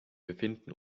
befinden